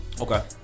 Okay